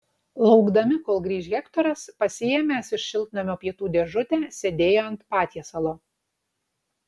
laukdami kol grįš hektoras pasiėmęs iš šiltnamio pietų dėžutę sėdėjo ant patiesalo